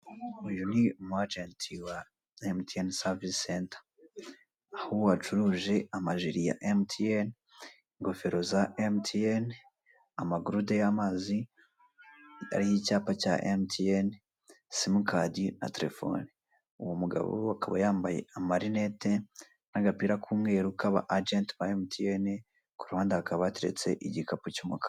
Uyu ni umu agent wa MTN service center; aho acuruje amajire ya MTN, ingofero za MTN, amagurude y'amazi ariho icyapa cya MTN, simcard na telefone. Uwo mugabo akaba yambaye amarinete n'agapira k'umweru k'aba agent ba MTN ku ruhande hakaba hateretse igikapu cy'umukara